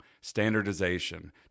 Standardization